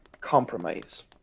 compromise